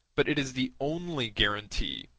but it is the only guarantee,